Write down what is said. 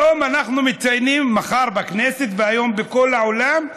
היום אנחנו מציינים, מחר בכנסת והיום בכל העולם,